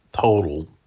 total